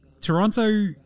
Toronto